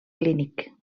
clínic